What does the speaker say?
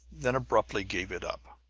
then abruptly gave it up.